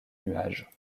nuage